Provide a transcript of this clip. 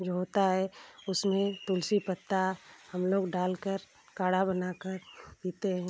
जो होता है उसमें तुलसी पत्ता हम लोग डाल कर काढ़ा बना कर पीते हैं